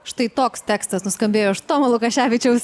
štai toks tekstas nuskambėjo iš tomo lukaševičiaus